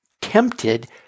tempted